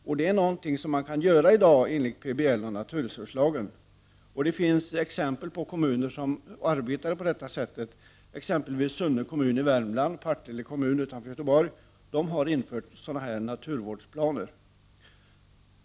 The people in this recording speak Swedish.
Men det är något som man redan i dag kan göra enligt PBL och naturresurslagen. Det finns exempel på kommuner som arbetar på detta sätt. T.ex. Sunne kommun i Värmland och Partille kommun i Göteborg har infört sådana naturvårdsplaner.